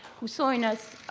who saw in us